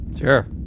Sure